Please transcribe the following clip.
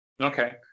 Okay